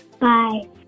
Bye